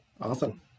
Awesome